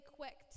quick